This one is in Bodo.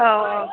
औ औ